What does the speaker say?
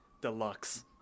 deluxe